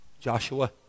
Joshua